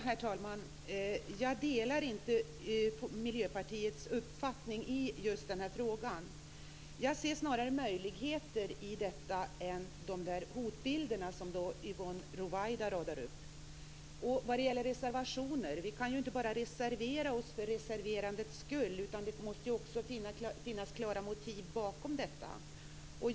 Herr talman! Jag delar inte Miljöpartiets uppfattning i just den här frågan. Jag ser här snarare möjligheter än de hotbilder som Yvonne Ruwaida radar upp. Vad gäller reservationer kan vi ju inte bara reservera oss för reserverandets skull, utan det måste också finnas klara motiv bakom.